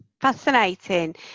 fascinating